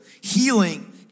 Healing